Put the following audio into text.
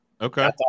Okay